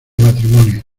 matrimonio